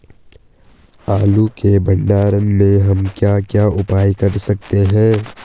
आलू के भंडारण में हम क्या क्या उपाय कर सकते हैं?